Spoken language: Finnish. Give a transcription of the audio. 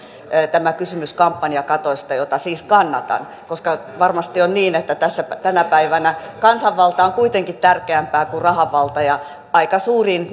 tämä kysymys kampanjakatosta jota siis kannatan koska varmasti on niin että tänä päivänä kansanvalta on kuitenkin tärkeämpää kuin rahan valta ja aika suuriin